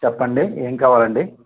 చెప్పండి ఏమి కావాలండి